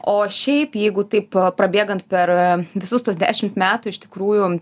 o šiaip jeigu taip prabėgant per visus tuos dešimt metų iš tikrųjų